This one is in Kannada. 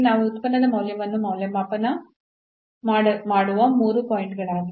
ನಾವು ಉತ್ಪನ್ನದ ಮೌಲ್ಯವನ್ನು ಮೌಲ್ಯಮಾಪನ ಮಾಡುವ ಮೂರು ಪಾಯಿಂಟ್ ಗಳಾಗಿವೆ